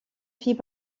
fit